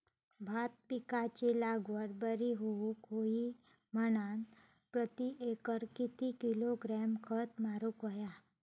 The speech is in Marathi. भात पिकाची लागवड बरी होऊक होई म्हणान प्रति एकर किती किलोग्रॅम खत मारुक होया?